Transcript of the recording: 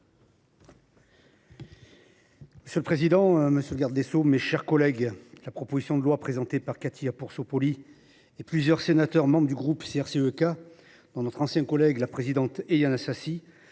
Monsieur le président, monsieur le garde des sceaux, mes chers collègues, la proposition de loi présentée par Cathy Apourceau Poly et plusieurs sénateurs membre du groupe CRCE K, dont notre ancienne collègue la présidente Éliane Assassi,